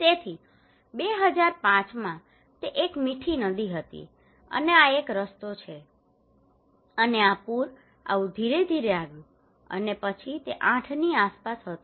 તેથી 2005 માં તે એક મીઠી નદી હતી અને આ એક રસ્તો છે અને પૂર આવું ધીરે ધીરે આવ્યો અને પછી તે 8 ની આસપાસ હતું